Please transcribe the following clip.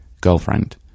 girlfriend